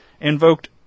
invoked